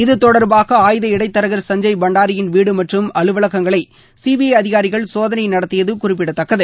இத்தொடர்பாக ஆயுத இடைத்தரகர் சஞ்செய் பண்டாரியின் வீடு மற்றம் அலுவலகங்களை சிபிற அதினாிகள் சோதனை நடத்தியது குறிப்பிடத்தக்கது